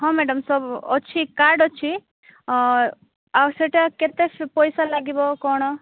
ହଁ ମ୍ୟାଡ଼ମ୍ ସବୁ ଅଛି କାର୍ଡ଼୍ ଅଛି ଆଉ ସେଇଟା କେତେ ପଇସା ଲାଗିବ କ'ଣ